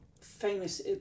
famous